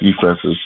defenses